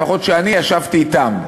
לפחות אלה שאני ישבתי אתם.